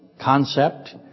concept